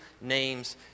name's